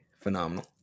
Phenomenal